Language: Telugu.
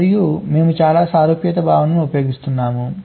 మరియు మేము చాలా సారూప్య భావనలను ఉపయోగిస్తాము